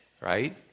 right